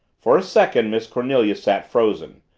for a second miss cornelia sat frozen.